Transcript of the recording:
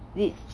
did